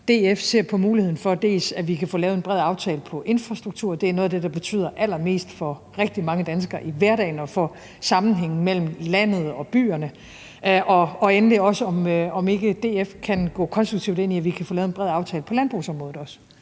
DF ser på muligheden for, at vi kan få lavet en bred aftale på infrastrukturområdet – det er noget af det, der betyder allermest for rigtig mange danskere i hverdagen og for sammenhængen mellem landet og byerne – dels om ikke DF kan gå konstruktivt ind i, at vi kan få lavet en bred aftale på landbrugsområdet også.